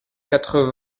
quatre